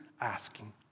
asking